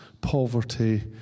poverty